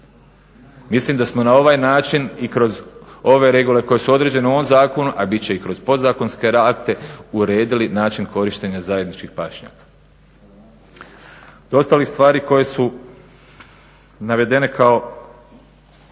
Mislim da smo na ovaj način i kroz ove regule koje su određene u ovom zakonu, a bit će i kroz podzakonske akte uredili način korištenja zajedničkih pašnjaka. Od ostalih stvari koje su navedene kao